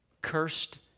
cursed